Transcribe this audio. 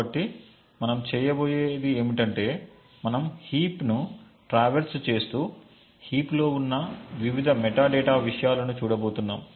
కాబట్టి మనం చేయబోయేది ఏమిటంటే మనం హీప్ ను ట్రావెర్స్ చేస్తూ హీప్ లో ఉన్న వివిధ మెటాడేటా విషయాలను చూడబోతున్నాం